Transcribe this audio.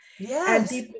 Yes